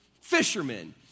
fishermen